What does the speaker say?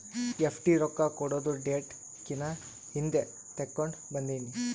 FD ರೊಕ್ಕಾ ಕೊಡದು date ಕಿನಾ ಹಿಂದೆ ತೇಕೊಂಡ್ ಬಂದಿನಿ